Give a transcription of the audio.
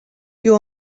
you